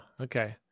Okay